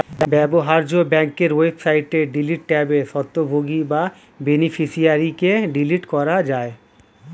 ব্যবহার্য ব্যাংকের ওয়েবসাইটে ডিলিট ট্যাবে স্বত্বভোগী বা বেনিফিশিয়ারিকে ডিলিট করা যায়